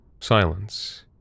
silence